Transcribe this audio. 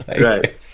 Right